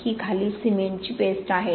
ही खाली सिमेंटची पेस्ट आहे